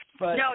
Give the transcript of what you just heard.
No